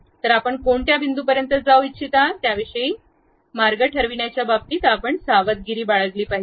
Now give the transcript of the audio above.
तर आपण कोणत्या बिंदूपर्यंत जाऊ इच्छिता त्याविषयी चाप ठरविण्याच्या बाबतीत आपण सावधगिरी बाळगली पाहिजे